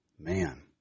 Man